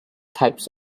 types